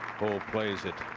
full plays it.